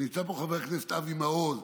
ונמצא פה חבר הכנסת אבי מעוז,